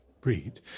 breed